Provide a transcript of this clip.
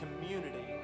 community